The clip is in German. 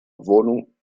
wohnung